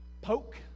poke